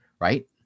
Right